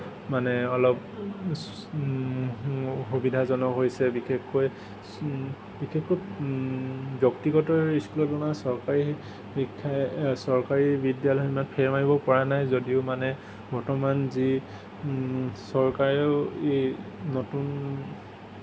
মানে অলপ চ সুবিধাজনক হৈছে বিশেষকৈ বিশেষকৈ ব্যক্তিগত স্কুলৰ তুলনাত চৰকাৰী হেৰি শিক্ষাই চৰকাৰী বিদ্যালয়খনক ফেৰ মাৰিব পৰা নাই যদিও মানে বৰ্তমান যি চৰকাৰেও এই নতুন